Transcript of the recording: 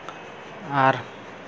ᱟᱨ